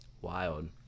Wild